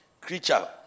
creature